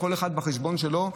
כל אחד בחשבון שלו,